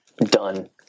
done